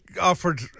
offered